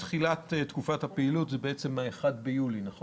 מתחילת תקופת הפעילות זה בעצם 1 ביולי, נכון?